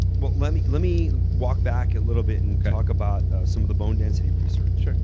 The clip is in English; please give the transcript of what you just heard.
but let me let me walk back a little bit and talk about some of the bone density research.